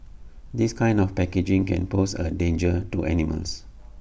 this kind of packaging can pose A danger to animals